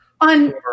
On